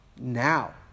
now